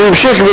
אני ממשיך,